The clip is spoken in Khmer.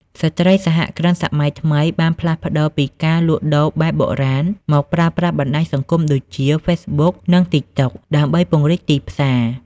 ស្ត្រីសហគ្រិនសម័យថ្មីបានផ្លាស់ប្តូរពីការលក់ដូរបែបបុរាណ មកប្រើប្រាស់បណ្ដាញសង្គមដូចជា Facebook និង TikTok ដើម្បីពង្រីកទីផ្សារ។